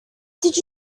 did